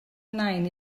nain